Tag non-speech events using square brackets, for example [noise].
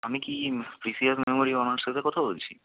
আমি কি [unintelligible] মেমোরি ওনার সাথে কথা বলছি